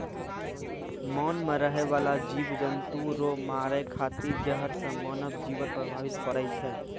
मान मे रहै बाला जिव जन्तु रो मारै खातिर जहर से मानव जिवन प्रभावित पड़ै छै